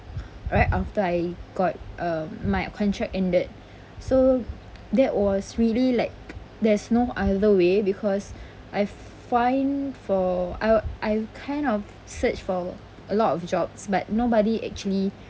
right after I got um my contract ended so that was really like there's no other way because I've find for I I kind of search for a lot of jobs but nobody actually